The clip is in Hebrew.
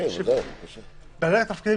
אני מבין את מה שאמרת לגבי בעלי תפקידים